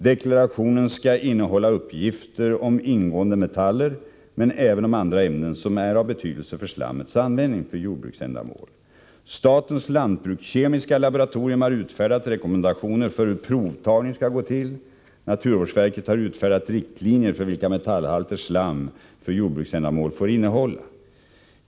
Deklarationen skall innehålla uppgifter om ingående metaller, men även om andra ämnen som är av betydelse för slammets användning för jordbruksändamål. Statens lantbrukskemiska laboratorium har utfärdat rekommendationer för hur provtagning skall gå till. Naturvårdsverket har utfärdat riktlinjer för vilka metallhalter slam för jordbruksändamål får innehålla.